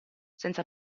senza